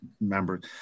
members